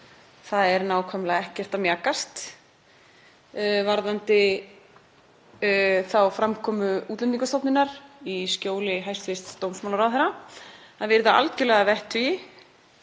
það er nákvæmlega ekkert að mjakast varðandi þá framkomu Útlendingastofnunar í skjóli hæstv. dómsmálaráðherra að virða algjörlega að vettugi